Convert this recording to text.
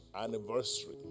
anniversary